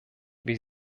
wie